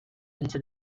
into